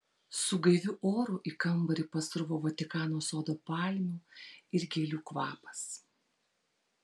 su gaiviu oru į kambarį pasruvo vatikano sodo palmių ir gėlių kvapas